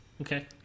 Okay